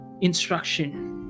instruction